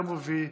יום רביעי,